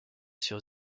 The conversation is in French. sur